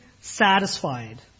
satisfied